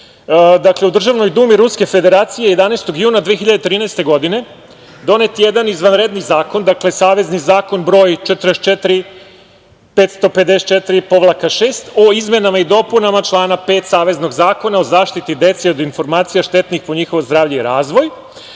zaboravili, Ruske Federacije 11. juna 2013. godine donet je jedan izvanredan zakon. Dakle, savezni zakon broj 44 554-6 o izmenama i dopunama člana 5. Saveznog zakona o zaštiti dece od informacija štetnih po njihovo zdravlje i razvoj,